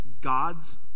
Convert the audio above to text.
God's